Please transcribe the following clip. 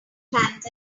hands